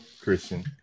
Christian